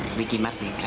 ricky martin's